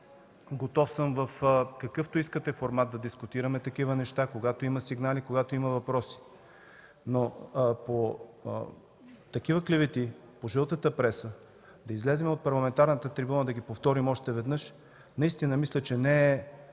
готов в какъвто искате формат да дискутираме такива неща, когато има сигнали, когато има въпроси, но по клевети от жълтата преса да излезем на парламентарната трибуна и да ги повторим още веднъж, мисля, че не е